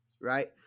right